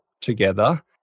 together